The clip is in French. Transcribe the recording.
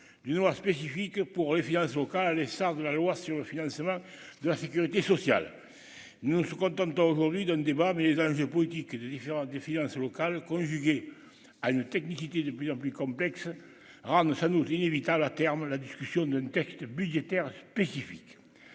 d'une loi spécifique pour au cas essence de la loi sur le financement de la Sécurité sociale, nous, on se contente aujourd'hui d'un débat, mais les enjeux politiques de différents des finances locales, conjugué à une technicité de plus en plus complexes, ça nous inévitable à terme la discussion d'un texte budgétaire spécifique,